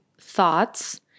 thoughts